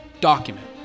document